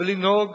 ולנהוג